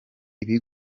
ibi